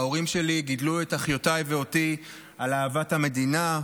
ההורים שלי גידלו את אחיותיי ואותי על אהבת המדינה.